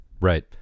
right